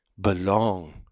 belong